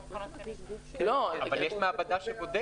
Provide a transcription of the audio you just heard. אבל יש מעבדה שבודקת.